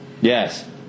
Yes